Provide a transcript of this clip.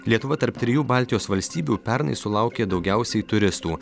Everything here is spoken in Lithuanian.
lietuva tarp trijų baltijos valstybių pernai sulaukė daugiausiai turistų